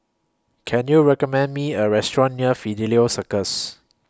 Can YOU recommend Me A Restaurant near Fidelio Circus